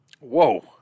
Whoa